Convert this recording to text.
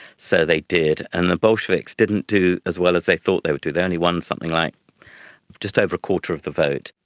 so they did. and the bolsheviks didn't do as well as they thought they would do, they only won something like just over a quarter of the vote.